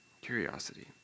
Curiosity